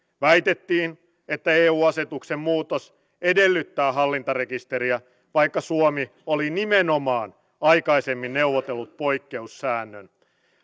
väitettiin että eu asetuksen muutos edellyttää hallintarekisteriä vaikka suomi oli nimenomaan aikaisemmin neuvotellut poikkeussäännön